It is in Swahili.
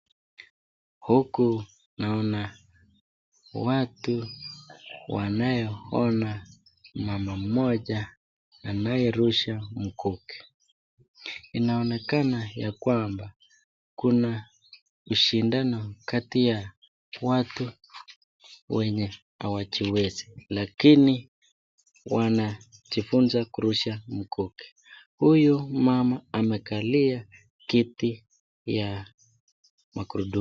Huku naona watu wanaeona mama mmoja anayerusha mkuki. Inaonekana ya kwamba kuna mashindano kati ya watu wenye hawajiwezi lakini wanajifunza kurusha mkuki huyu mama amekalia kiti ya magurudumu.